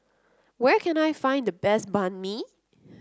where can I find the best Banh Mi